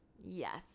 Yes